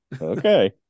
Okay